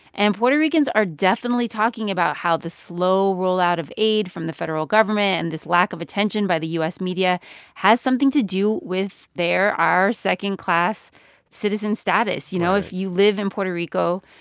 and puerto ricans are definitely talking about how the slow rollout of aid from the federal government and this lack of attention by the u s. media has something to do with their our second-class citizen status right you know, if you live in puerto rico,